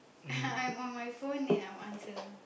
I'm on my phone then I will answer